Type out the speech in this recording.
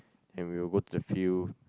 and we will go to the field